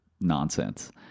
nonsense